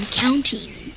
counting